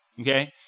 Okay